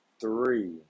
three